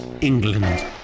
England